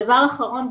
דבר אחרון,